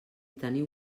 teniu